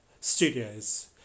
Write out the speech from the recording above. studios